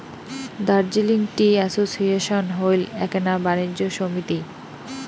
Darjeeling tea association হইল এ্যাকনা বাণিজ্য সমিতি